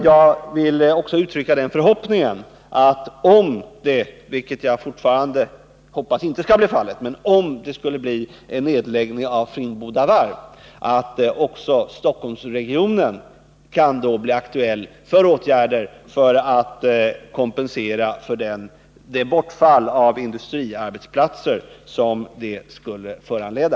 Jag vill uttrycka den förhoppningen att om, vilket jag fortfarande hoppas inte skall bli fallet, det skulle bli en nedläggning av Finnboda varv också Stockholmsregionen då kan bli aktuell för åtgärder för att kompensera det bortfall av industriarbetsplatser som det skulle kunna föranleda.